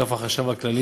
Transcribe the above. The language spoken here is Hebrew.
אגף החשב הכללי,